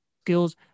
skills